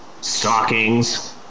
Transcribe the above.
stockings